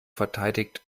verteidigt